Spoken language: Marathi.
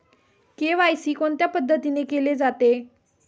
के.वाय.सी कोणत्या पद्धतीने केले जाते?